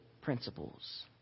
principles